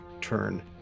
turn